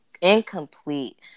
incomplete